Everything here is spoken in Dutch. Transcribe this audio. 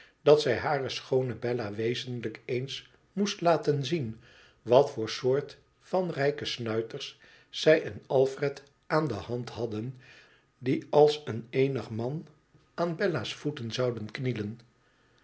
dat zij hare schoone bella wezenlijk eens moest laten zien wat voor soort van rijke snuiters zij en alfred aan de hand hadden die als een eenig man aan bella's voeten zouden knielen